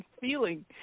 feeling